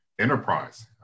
enterprise